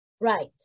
Right